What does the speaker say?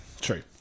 true